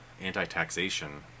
anti-taxation